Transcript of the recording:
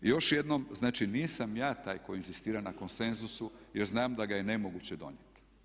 Još jednom, znači nisam ja taj koji inzistira na konsenzusu jer znam da ga je nemoguće donijeti.